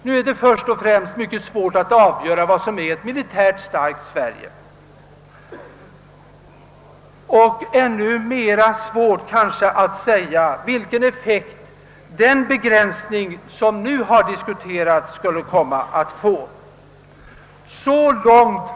Nu är det först och främst mycket svårt att avgöra vad som är ett militärt starkt Sverige och kanske ännu svårare att säga vilken effekt den begränsning, som nu har diskuterats, skulle komma att få. Men »frysning» skapar — i den omfattning det nu är fråga om — icke något vakuum.